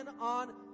on